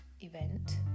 event